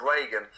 Reagan